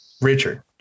Richard